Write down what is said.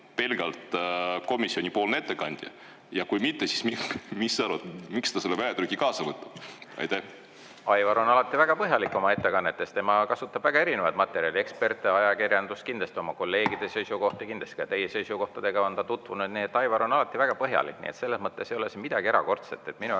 pelgalt komisjonipoolne ettekandja? Ja kui mitte, siis mis sa arvad, miks ta selle väljatrüki kaasa võtab? Aivar on alati väga põhjalik oma ettekannetes. Tema kasutab väga erinevat materjali: eksperte, ajakirjandust, kindlasti oma kolleegide seisukohti, kindlasti on ta ka teie seisukohtadega tutvunud. Nii et Aivar on alati väga põhjalik ja selles mõttes ei ole siin midagi erakordset,